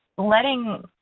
letting,